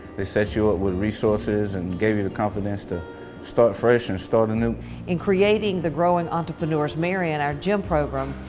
they set you up with resources and gave you the confidence to start fresh and start anew. in creating the growing entrepreneurs marion, our gem program,